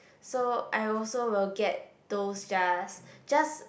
so I also will get those jars just